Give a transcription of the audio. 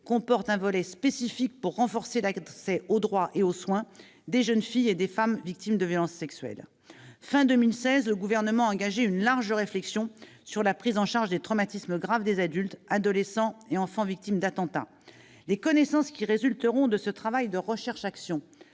comporte un volet spécifique pour renforcer l'accès aux droits et aux soins des jeunes filles et des femmes victimes de violences sexuelles. Fin 2016, le Gouvernement a engagé une large réflexion sur la prise en charge des traumatismes graves des adultes, des adolescents et des enfants victimes d'attentats. Les connaissances qui résulteront de ce travail de recherche-action